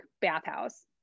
bathhouse